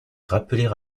rappeler